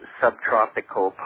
subtropical